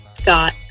Scott